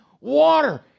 Water